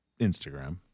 Instagram